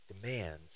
demands